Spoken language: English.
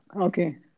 Okay